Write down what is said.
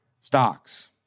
stocks